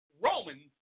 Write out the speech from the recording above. Romans